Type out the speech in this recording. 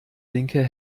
linke